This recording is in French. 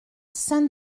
saint